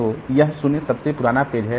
तो यह 0 सबसे पुराना पेज है